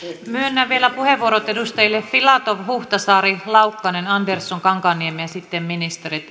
myönnän vielä vastauspuheenvuorot edustajille filatov huhtasaari laukkanen andersson kankaanniemi ja sitten ministerit